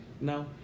No